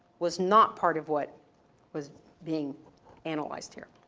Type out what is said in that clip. was not part of what was being analyzed here.